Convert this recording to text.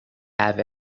have